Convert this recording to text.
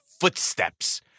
footsteps